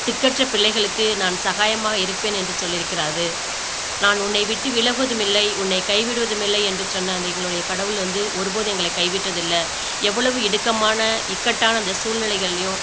திக்கற்ற பிள்ளைகளுக்கு நான் சகாயமாக இருப்பேன் என்று சொல்லியிருக்கிறாரு நான் உன்னை விட்டு விலகுவதுமில்லை உன்னைக் கைவிடுவதுமில்லை என்று சொன்ன அந்த எங்களுடைய கடவுள் வந்து ஒருபோதும் எங்களை கைவிட்டதில்லை எவ்வளவு இடுக்கமான இக்கட்டான அந்த சூழ்நிலைகள்லையும்